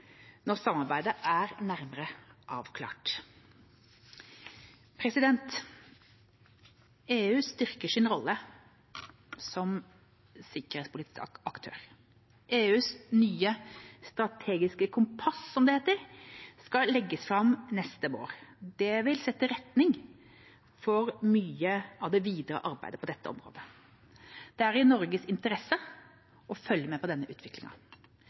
når samarbeidet er nærmere avklart. EU styrker sin rolle som sikkerhetspolitisk aktør. EUs nye strategiske kompass skal legges fram neste år. Det vil sette retning for mye av det videre arbeidet på dette området. Det er i Norges interesse å følge med på denne